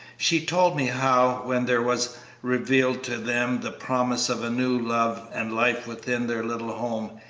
she told me how, when there was revealed to them the promise of a new love and life within their little home,